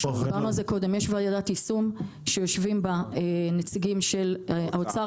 יש ועדת יישום שיושבים בה נציגים של האוצר,